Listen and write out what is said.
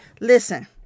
Listen